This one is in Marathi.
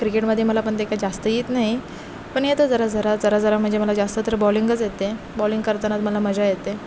क्रिकेटमध्ये मला पण ते काय जास्त येत नाही पण येतं जरा जरा जरा जरा म्हणजे मला जास्त तर बॉलिंगच येते बॉलिंग करताना मला मजा येते